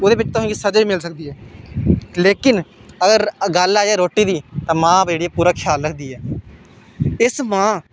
ओह्दे बिच्च तुसें गी स'जा बी मिली सकदी ऐ लेकिन अगर गल्ल आई जाए रुट्टी दी ते मां जेह्ड़ी ऐ पूरा ख्याल रखदी ऐ इस मां